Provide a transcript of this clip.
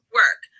work